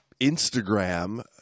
Instagram